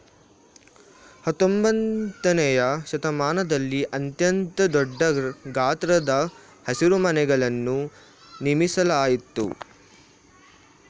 ಹತ್ತೊಂಬತ್ತನೆಯ ಶತಮಾನದಲ್ಲಿ ಅತ್ಯಂತ ದೊಡ್ಡ ಗಾತ್ರದ ಹಸಿರುಮನೆಗಳನ್ನು ನಿರ್ಮಿಸಲಾಯ್ತು